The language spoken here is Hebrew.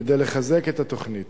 כדי לחזק את התוכנית.